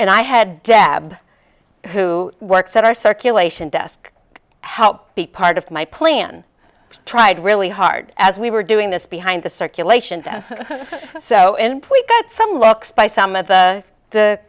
and i had dab who works at our circulation desk help be part of my plan tried really hard as we were doing this behind the circulation so in point that some looks by some of the